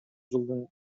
жылдын